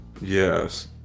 yes